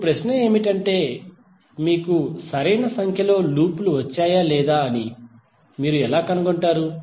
ఇప్పుడు ప్రశ్న ఏమిటంటే మీకు సరైన సంఖ్యలో లూప్ లు వచ్చాయా లేదా అని మీరు ఎలా కనుగొంటారు